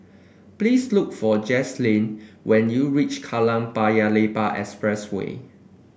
please look for Jaslene when you reach Kallang Paya Lebar Expressway